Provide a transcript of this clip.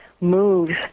moves